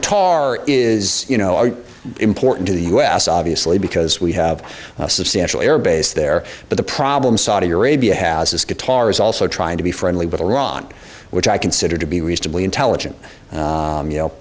qatar is you know are important to us obviously because we have a substantial air base there but the problem saudi arabia has this guitar is also trying to be friendly with iran which i consider to be reasonably intelligent you know